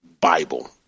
Bible